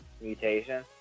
mutation